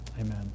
Amen